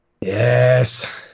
yes